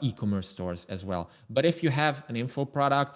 e-commerce stores as well. but if you have an info product,